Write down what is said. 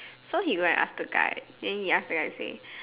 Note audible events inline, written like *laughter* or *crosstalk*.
*breath* so he go and ask the guy then he ask the guy to say *breath*